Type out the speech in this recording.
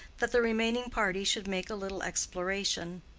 that the remaining party should make a little exploration.